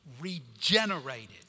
Regenerated